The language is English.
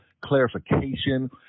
clarification